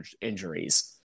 injuries